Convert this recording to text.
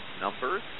numbers